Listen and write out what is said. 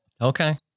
Okay